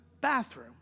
bathroom